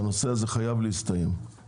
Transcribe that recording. הנושא הזה חייב להסתיים.